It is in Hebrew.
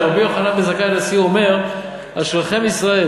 שרבי יוחנן בן זכאי הנשיא אומר: אשריכם ישראל,